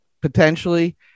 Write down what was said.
potentially